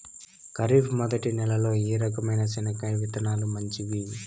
ఖరీఫ్ మొదటి నెల లో ఏ రకమైన చెనక్కాయ విత్తనాలు మంచివి